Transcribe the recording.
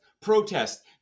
protest